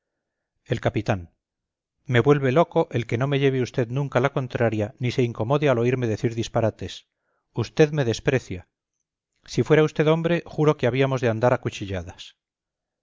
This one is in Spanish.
el capitán me vuelve loco el que no me lleve usted nunca la contraria ni se incomode al oírme decir disparates usted me desprecia si fuera usted hombre juro que habíamos de andar a cuchilladas